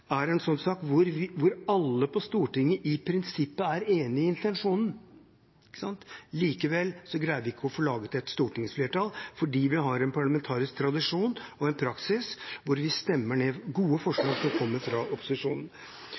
er en sånn sak hvor alle på Stortinget i prinsippet er enig i intensjonen. Likevel greier vi ikke å få laget et stortingsflertall, fordi vi har en parlamentarisk tradisjon og en praksis hvor vi stemmer ned gode forslag som kommer fra opposisjonen.